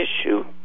issue